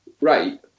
right